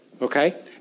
Okay